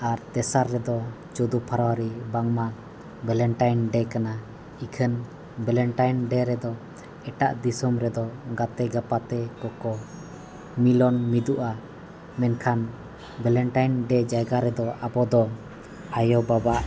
ᱟᱨ ᱛᱮᱥᱟᱨ ᱨᱮᱫᱚ ᱪᱳᱫᱫᱚ ᱯᱷᱮᱵᱨᱩᱣᱟᱨᱤ ᱵᱟᱝᱢᱟ ᱠᱟᱱᱟ ᱤᱠᱷᱟᱹᱱ ᱨᱮᱫᱚ ᱮᱴᱟᱜ ᱫᱤᱥᱚᱢ ᱨᱮᱫᱚ ᱜᱟᱛᱮ ᱜᱟᱯᱟᱛᱮ ᱠᱚᱠᱚ ᱢᱤᱞᱚᱱ ᱢᱤᱫᱚᱜᱼᱟ ᱢᱮᱱᱠᱷᱟᱱ ᱡᱟᱭᱜᱟ ᱨᱮᱫᱚ ᱟᱵᱚ ᱫᱚ ᱟᱭᱳᱼᱵᱟᱵᱟ